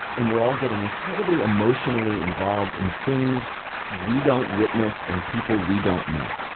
and we're all getting incredibly emotionally involved in things we don't witness and people we don't know.